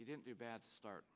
you didn't do a bad start